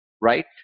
right